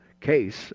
case